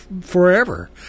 Forever